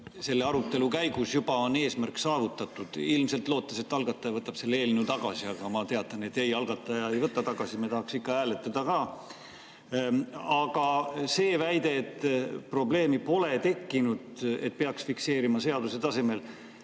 selle arutelu käigus juba on eesmärk saavutatud, ilmselt lootes, et algataja võtab selle eelnõu tagasi. Aga ma teatan, et algataja ei võta tagasi, me tahaks hääletada ka. See väide, et pole tekkinud probleemi, et peaks fikseerima seaduse tasemel